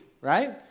right